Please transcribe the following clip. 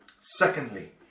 Secondly